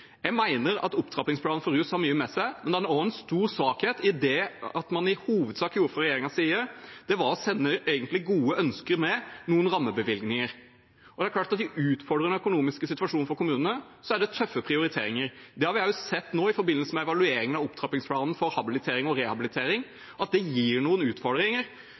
Jeg mener at opptrappingsplanen for rus har mye for seg, men den har også en stor svakhet i at det man i hovedsak gjorde fra regjeringens side, egentlig var å sende gode ønsker med noen rammebevilgninger. Det er klart at i en utfordrende økonomisk situasjon for kommunene er det tøffe prioriteringer. Det har vi sett også nå i forbindelse med evalueringen av opptrappingsplanen for habilitering og rehabilitering, at det gir noen utfordringer